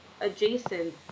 adjacent